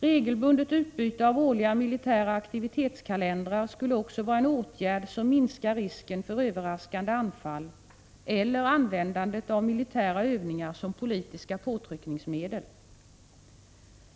Regelbundet utbyte av årliga militära aktivitetskalendrar skulle också vara en åtgärd som minskar risken för överraskande anfall eller användandet av militära övningar som politiska påtryckningsmedel.